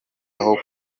aho